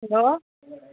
hello